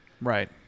Right